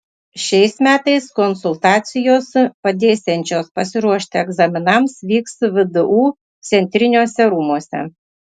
šiais metais konsultacijos padėsiančios pasiruošti egzaminams vyks vdu centriniuose rūmuose